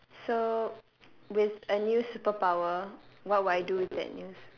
so with a new superpower what would I do with that new